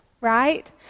right